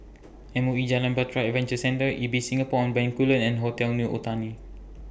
M O E Jalan Bahtera Adventure Centre Ibis Singapore on Bencoolen and Hotel New Otani